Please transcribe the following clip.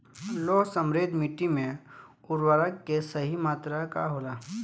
लौह समृद्ध मिट्टी में उर्वरक के सही मात्रा का होला?